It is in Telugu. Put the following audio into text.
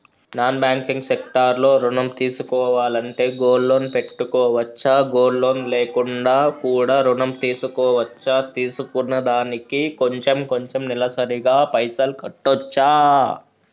నాన్ బ్యాంకింగ్ సెక్టార్ లో ఋణం తీసుకోవాలంటే గోల్డ్ లోన్ పెట్టుకోవచ్చా? గోల్డ్ లోన్ లేకుండా కూడా ఋణం తీసుకోవచ్చా? తీసుకున్న దానికి కొంచెం కొంచెం నెలసరి గా పైసలు కట్టొచ్చా?